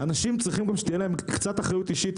אנשים צריכים שתהיה להם גם קצת אחריות אישית.